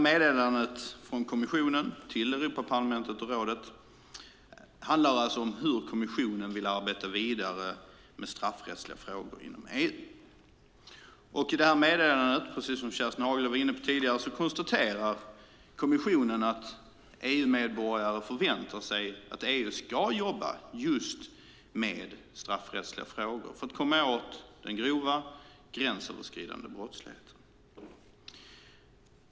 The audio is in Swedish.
Meddelandet från kommissionen till Europaparlamentet och rådet handlar om hur kommissionen vill arbeta vidare med straffrättsliga frågor inom EU. I meddelandet konstaterar kommissionen, precis som Kerstin Haglö var inne på tidigare, att EU-medborgare förväntar sig att EU ska jobba just med straffrättsliga frågor för att komma åt den grova gränsöverskridande brottsligheten.